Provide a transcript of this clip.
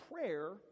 prayer